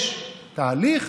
יש תהליך